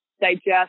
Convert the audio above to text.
digest